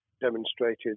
demonstrated